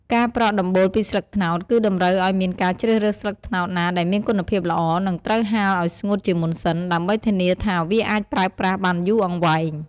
ការប្រក់ដំបូលពីស្លឹកត្នោត គឺតម្រូវឲ្យមានការជ្រើសរើសស្លឹកត្នោតណាដែលមានគុណភាពល្អ និងត្រូវហាលឲ្យស្ងួតជាមុនសិន ដើម្បីធានាថាវាអាចប្រើប្រាស់បានយូរអង្វែង។